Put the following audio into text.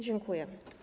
Dziękuję.